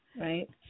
right